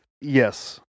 Yes